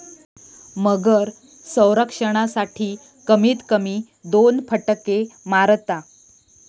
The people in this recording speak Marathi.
मगर संरक्षणासाठी, कमीत कमी दोन फटके मारता